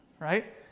right